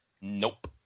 nope